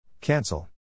Cancel